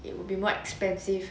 it will be more expensive